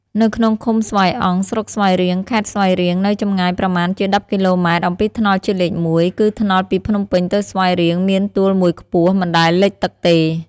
នៅក្នុងឃុំស្វាយអង្គ ស្រុកស្វាយរៀង ខេត្តស្វាយរៀង នៅចម្ងាយ ប្រមាណជា ១០ គ.ម. អំពីថ្នល់ជាតិលេខ ១ (គឺថ្នល់ពីភ្នំពេញទៅស្វាយរៀង) មានទួលមួយខ្ពស់ មិនដែលលិចទឹកទេ ។